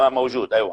אהלן,